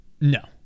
No